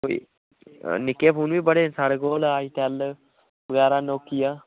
कोई निक्के फोन बी बड़े न साढ़े कोल आई टैल बगैरा नोकिया